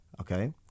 okay